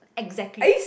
exactly